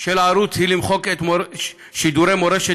של הערוץ היא למחוק את שידורי מורשת